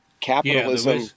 capitalism